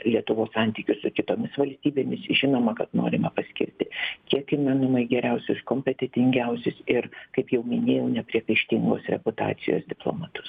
lietuvos santykius su kitomis valstybėmis žinoma kad norima paskirti kiek įmanoma geriausius kompetentingiausius ir kaip jau minėjau nepriekaištingos reputacijos diplomatus